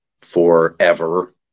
forever